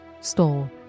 stole